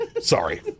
Sorry